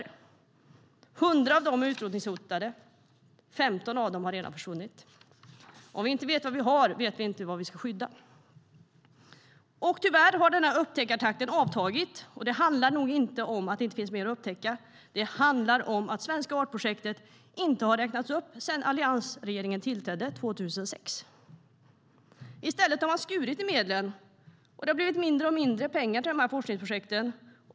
100 av dem är utrotningshotade. 15 av dem har redan försvunnit. Om vi inte vet vad vi har vet vi inte vad vi ska skydda. Tyvärr har upptäckartakten avtagit. Det handlar nog inte om att det inte finns mer att upptäcka. Det handlar om att anslaget till Svenska artprojektet inte har räknats upp sedan alliansregeringen tillträdde 2006. I stället har man skurit i medlen. Det har blivit mindre och mindre pengar till de här forskningsprojekten.